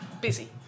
busy